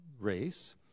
race